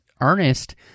Ernest